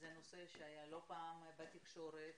זה נושא שהיה לא פעם בתקשורת.